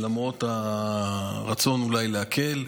למרות הרצון אולי להקל.